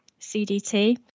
CDT